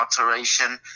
alteration